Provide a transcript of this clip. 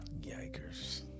Yikers